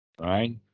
right